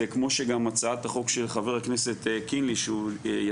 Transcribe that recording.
זה כמו שגם הצעת החוק של חבר הכנסת קינלי שיצא,